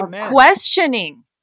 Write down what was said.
questioning